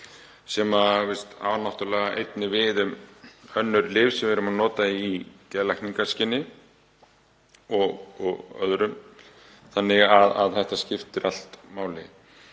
Það á náttúrlega einnig við um önnur lyf sem við erum að nota í geðlækningaskyni og öðru þannig að þetta skiptir allt máli.